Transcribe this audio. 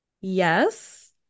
Yes